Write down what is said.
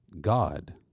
God